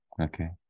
Okay